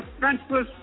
defenseless